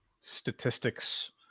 statistics